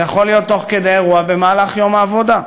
זה יכול להיות תוך כדי אירוע במהלך יום העבודה.